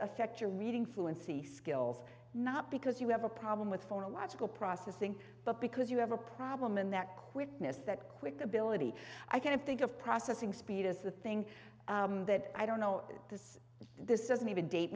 affect your reading fluency skills not because you have a problem with phonological processing but because you have a problem and that quickness that quick ability i can think of processing speed is the thing that i don't know despite this doesn't even date